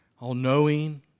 all-knowing